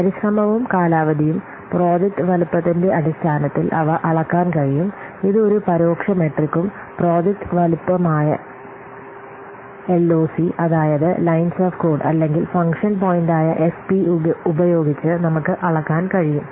പരിശ്രമവും കാലാവധിയും പ്രോജക്റ്റ് വലുപ്പത്തിന്റെ അടിസ്ഥാനത്തിൽ അവ അളക്കാൻ കഴിയും ഇത് ഒരു പരോക്ഷ മെട്രിക്കും പ്രോജക്റ്റ് വലുപ്പവുമായ എൽഓസി അതായത് ലൈൻസ് ഓഫ് കോഡ് അല്ലെങ്കിൽ ഫംഗ്ഷൻ പോയിന്റായ എഫ്പി ഉപയോഗിച്ച് നമുക്ക് അളക്കാൻ കഴിയും